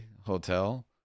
hotel